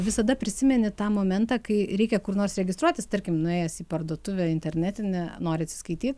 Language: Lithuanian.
visada prisimeni tą momentą kai reikia kur nors registruotis tarkim nuėjęs į parduotuvę internetinę nori atsiskaityt